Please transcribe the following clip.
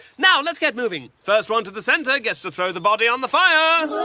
now, let's get moving! first one to the centre gets to throw the body on the fire